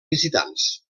visitants